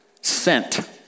sent